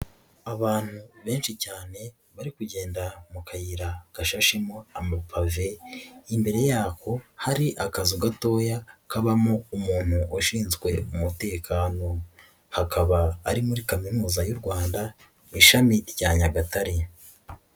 Abantu benshi cyane bari kugenda mu kayira kashashemo amapave, imbere yako hari akazizu gatoya kabamo umuntu washinzwe umutekano, hakaba ari muri kaminuza y'u Rwanda mu ishami rya Nyagatare.